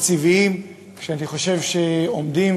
התקציביים שאני חושב שעומדים,